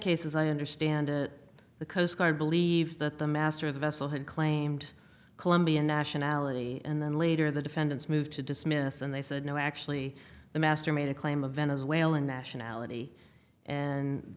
case as i understand it the coast guard believed that the master of the vessel had claimed colombian nationality and then later the defendant's move to dismiss and they said no actually the master made a claim of venezuelan nationality and